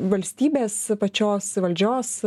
valstybės pačios valdžios